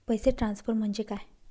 पैसे ट्रान्सफर म्हणजे काय?